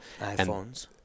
iPhones